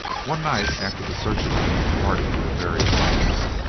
one night after the searchers had departed to their various homes,